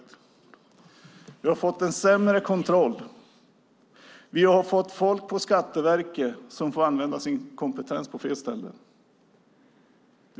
Vi har fått en sämre kontroll. Vi har fått folk på Skatteverket som får använda sin kompetens på fel områden.